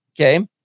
okay